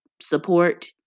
support